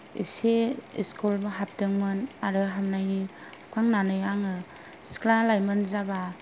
इसे स्कुल बो हाबदोंमोन आरो हाबानायनि हाबखांनानै आङो सिख्ला लाइमोन जाबा